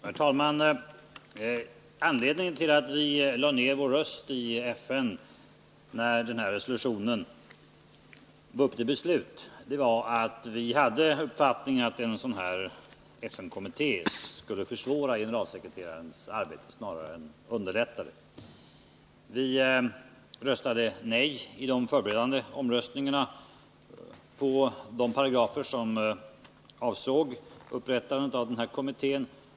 Herr talman! Anledningen till att vi lade ner vår röst i FN när denna resolution var uppe till beslut var att den FN-kommitté som föreslogs skulle försvåra generalsekreterarens arbete. Vi röstade nej i de förberedande omröstningarna på de paragrafer som avsåg upprättandet av denna kommitté.